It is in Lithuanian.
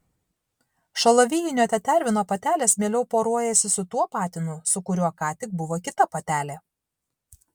šalavijinio tetervino patelės mieliau poruojasi su tuo patinu su kuriuo ką tik buvo kita patelė